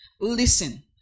Listen